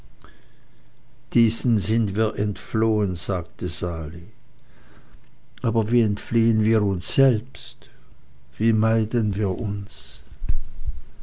diesen sind wir entflohen sagte sali aber wie entfliehen wir uns selbst wie meiden wir uns